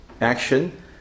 Action